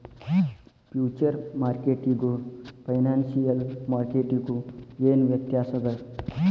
Future ಮಾರ್ಕೆಟಿಗೂ financial ಮಾರ್ಕೆಟಿಗೂ ಏನ್ ವ್ಯತ್ಯಾಸದ?